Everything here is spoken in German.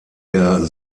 der